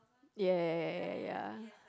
ya ya ya ya ya